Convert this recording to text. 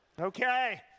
Okay